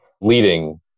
leading